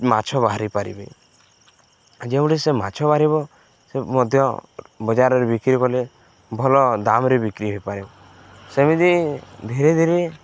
ମାଛ ବାହାରି ପାରିବେ ଯେଉଁଟି ସେ ମାଛ ବାହାରିବ ସେ ମଧ୍ୟ ବଜାରରେ ବିକ୍ରି କଲେ ଭଲ ଦାମରେ ବିକ୍ରି ହେଇପାରିବ ସେମିତି ଧୀରେ ଧୀରେ